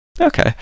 Okay